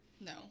no